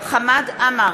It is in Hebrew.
חמד עמאר,